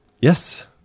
yes